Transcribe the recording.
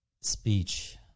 speech